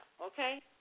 Okay